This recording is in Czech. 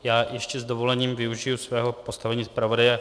Já ještě s dovolením využiji svého postavení zpravodaje.